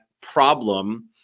problem